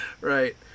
right